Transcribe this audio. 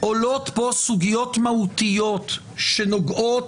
-- עולות פה סוגיות מהותיות שנוגעות